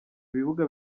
ibibuga